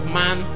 man